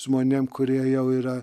žmonėm kurie jau yra